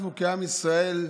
אנחנו כעם ישראל,